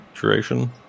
duration